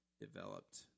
developed